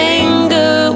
anger